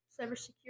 Cybersecurity